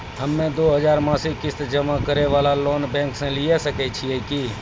हम्मय दो हजार मासिक किस्त जमा करे वाला लोन बैंक से लिये सकय छियै की?